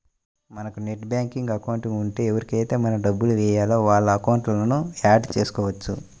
మనకు net banking account ఉంటే ఎవరికైతే మనం డబ్బులు వేయాలో వాళ్ళ అకౌంట్లను యాడ్ చేసుకోవచ్చు